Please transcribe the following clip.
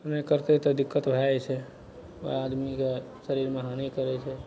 नहि करतय तऽ दिक्कत भए जेतय आदमीके शरीरमे हानि करय छै